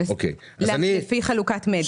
גם לפי חלוקת מדיה.